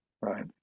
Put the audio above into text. right